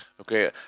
Okay